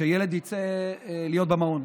שילד יצא להיות במעון.